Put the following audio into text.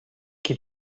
qui